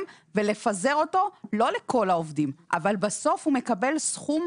ולפזר אותו לא לכל העובדים אבל בסוף הוא מקבל סכום